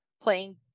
playing